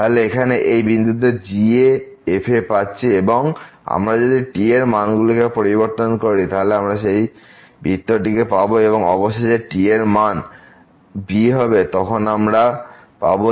তাই এখানে এই বিন্দুতে g f পাচ্ছি এবং আমরা যদি t এর মান গুলিকে পরিবর্তন করি তাহলে আমরা সেই বৃত্তটিকে পাবো এবং অবশেষে যখন t এর মান b হবে তখন আমরা পাব g f